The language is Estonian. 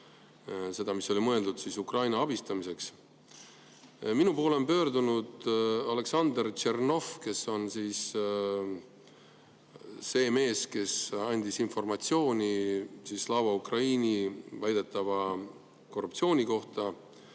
raha, mis oli mõeldud Ukraina abistamiseks. Minu poole on pöördunud Oleksandr Tšernov. Tema on see mees, kes andis informatsiooni Slava Ukraini väidetava korruptsiooni kohta.